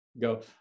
go